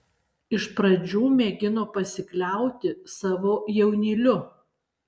iš pradžių mėgino pasikliauti savo jaunyliu